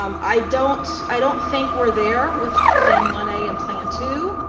um i don't i don't think we're there with plan one a and plan two,